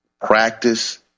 Practice